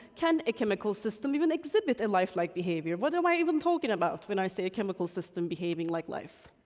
can a chemical system even exhibit a life-like behavior? what am i even talking about when i say chemical system behaving like life,